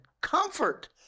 comfort